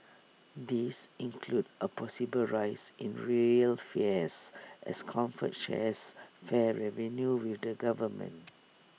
these include A possible rise in rail fares as comfort shares fare revenue with the government